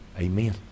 Amen